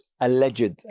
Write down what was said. alleged